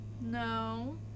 No